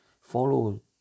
follow